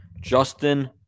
Justin